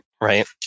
Right